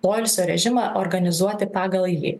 poilsio režimą organizuoti pagal jį